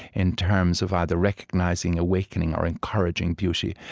in terms of either recognizing, awakening, or encouraging beauty,